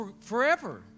forever